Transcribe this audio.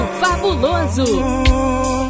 fabuloso